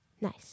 Nice